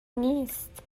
نیست